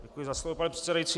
Děkuji za slovo, pane předsedající.